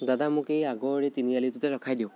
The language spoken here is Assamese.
দাদা মোক এই আগৰ এই তিনিআলিটোতে ৰখাই দিয়ক